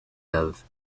love